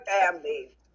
family